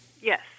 Yes